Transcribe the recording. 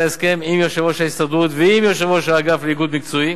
ההסכם עם יושב-ראש ההסתדרות ועם יושב-ראש האגף לאיגוד מקצועי.